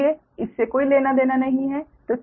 इसलिए इससे कोई लेना देना नहीं है